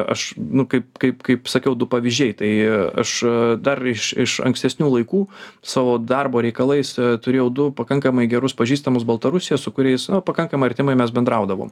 aš nu kaip kaip kaip sakiau du pavyzdžiai tai aš dar iš iš ankstesnių laikų savo darbo reikalais turėjau du pakankamai gerus pažįstamus baltarusijoje su kuriais na pakankamai artimai mes bendraudavom